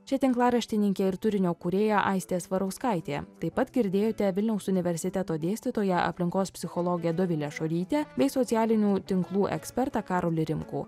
čia tinklaraštininkė ir turinio kūrėja aistė svarauskaitė taip pat girdėjote vilniaus universiteto dėstytoją aplinkos psichologę dovilė šorytę bei socialinių tinklų ekspertą karolį rimkų